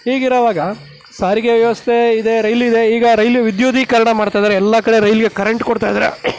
ಹೀಗಿರುವಾಗ ಸಾರಿಗೆ ವ್ಯವಸ್ಥೆ ಇದೆ ರೈಲ್ ಇದೆ ಈಗ ರೈಲು ವಿದ್ಯುದೀಕರಣ ಮಾಡ್ತಾಯಿದ್ದಾರೆ ಎಲ್ಲ ಕಡೆ ರೈಲಿಗೆ ಕರೆಂಟ್ ಕೊಡ್ತಾಯಿದ್ದಾರೆ